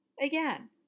Again